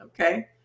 Okay